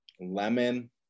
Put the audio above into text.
Lemon